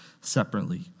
separately